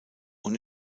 und